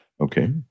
Okay